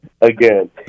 again